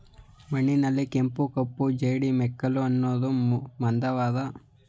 ಮಣ್ಣಿನಲ್ಲಿ ಕೆಂಪು, ಕಪ್ಪು, ಜೇಡಿ, ಮೆಕ್ಕಲು ಅನ್ನೂ ಮುಂದಾದ ವಿಧಗಳಿವೆ